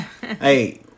hey